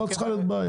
לא צריכה להיות בעיה.